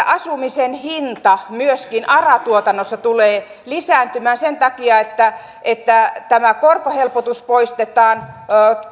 asumisen hinta myöskin ara tuotannossa tulee lisääntymään sen takia että että tämä korkohelpotus poistetaan